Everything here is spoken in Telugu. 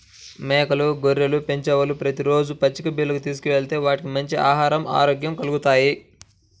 మేకలు, గొర్రెలను పెంచేవాళ్ళు ప్రతి రోజూ పచ్చిక బీల్లకు తీసుకెళ్తే వాటికి మంచి ఆహరం, ఆరోగ్యం కల్గుతాయి